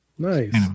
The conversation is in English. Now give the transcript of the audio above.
nice